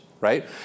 Right